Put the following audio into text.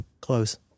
Close